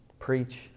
Preach